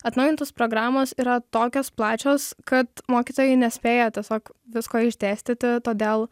atnaujintos programos yra tokios plačios kad mokytojai nespėja tiesiog visko išdėstyti todėl